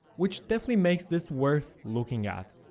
which definitely makes this worth looking at.